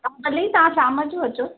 हा भली तव्हां शाम जो अचो